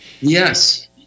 Yes